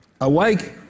awake